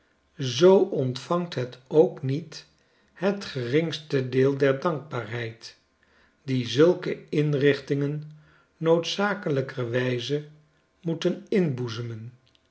zoo ontvangt het ook niet het geringste deel der dankbaarheid die zulke inrichtingen